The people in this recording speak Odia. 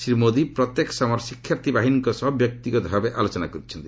ଶ୍ରୀ ମୋଦି ପ୍ରତ୍ୟେକ ସମର ଶିକ୍ଷାର୍ଥୀ ବାହିନୀଙ୍କ ସହ ବ୍ୟକ୍ତିଗତ ଭାବେ ଆଲୋଚନା କରିଛନ୍ତି